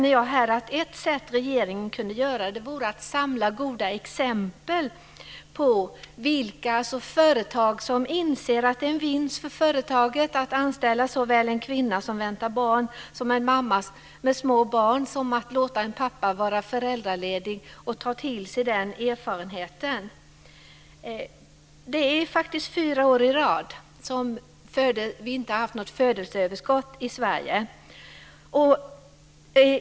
Ett sätt regeringen kunde göra något åt det är att samla goda exempel på de företag som inser att det är ett vinst för företaget att anställa såväl en kvinna som väntar barn som en mamma med små barn och att låta en pappa vara föräldraledig och ta till sig den erfarenheten. Det är fyra år i rad som vi inte har haft något födelseöverskott i Sverige.